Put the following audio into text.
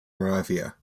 moravia